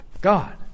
God